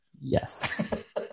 Yes